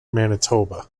manitoba